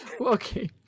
Okay